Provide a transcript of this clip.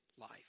life